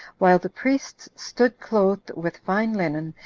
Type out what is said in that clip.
while the priests stood clothed with fine linen,